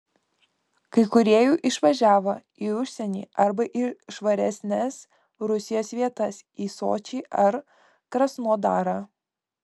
kai kurie jau išvažiavo į užsienį arba į švaresnes rusijos vietas į sočį ar krasnodarą